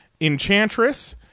Enchantress